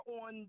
on